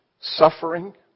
suffering